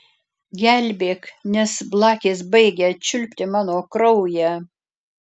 gelbėk nes blakės baigia čiulpti mano kraują